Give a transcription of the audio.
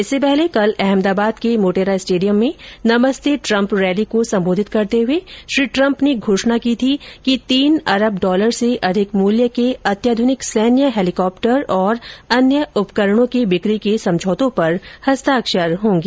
इससे पहले कल अहमदाबाद के मोटेरा स्टेडियम में नमस्ते ट्रम्प रैली को संबोधित करते हुए श्री ट्रम्प ने घोषणा की थी कि तीन अरब डॉलर से अधिक मूल्य के अत्याध्रनिक सैन्य हैलीकॉप्टर और अन्य उपकरणों की बिक्री के समझौतों पर हस्ताक्षर होंगे